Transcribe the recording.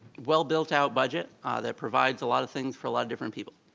well built out budget ah that provides a lot of things for a lot of different people.